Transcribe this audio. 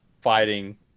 fighting